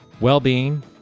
well-being